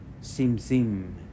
sim-sim